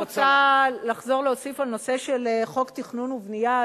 אני רק רוצה לחזור ולהוסיף על הנושא של חוק תכנון ובנייה,